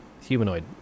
humanoid